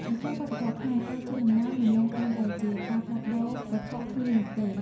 នៅក្នុងវប្បធម៌ខ្មែរ ការជូនអំណោយមិនមែនគ្រាន់តែជាការផ្លាស់ប្ដូរវត្ថុគ្នានោះទេ។